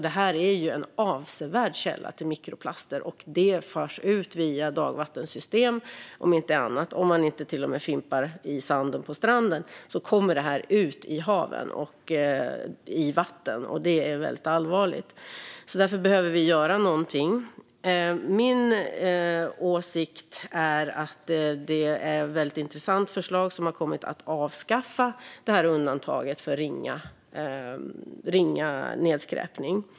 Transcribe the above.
De är alltså en avsevärd källa till mikroplaster, och de förs ut via dagvattensystem. Till och med fimpar i sanden på stranden kommer ut i haven, och det är allvarligt. Därför behöver någonting göras. Min åsikt är att ett intressant förslag har kommit om att avskaffa undantaget för ringa nedskräpning.